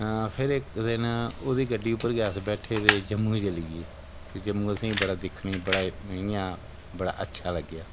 फिर इक दिन ओह्दी गड्डी पर गै अस बैठे दे जम्मू चलिये जम्मू असें ई बड़ा दिक्खने ई बड़ा इ'यां बड़ा अच्छा लग्गेआ